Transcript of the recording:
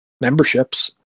memberships